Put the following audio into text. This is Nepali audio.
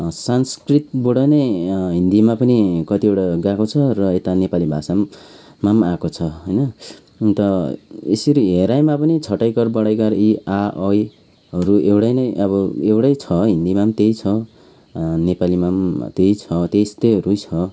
संस्कृतबाट नै हिन्दीमा पनि कतिवटा गएको छ र यता नेपालीमा भाषामा पनि आएको छ होइन अन्त यसरी हेराईमा पनि छटाईकार बडाईकार इ आ ऐ हरू एउटै नै अब एउटै छ हिन्दीमा पनि त्यही छ नेपालीमा पनि त्यही छ त्यस्तैहरू छ